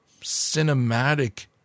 cinematic